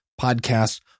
podcast